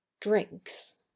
drinks